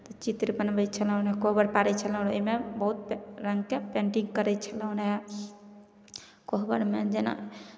चित्र बनबै छलहुँ रहय कोहबर पारै छलहुँ रहय एहिमे बहुत रङ्गके पेन्टिंग करै छलहुँ रहय कोहबरमे जेना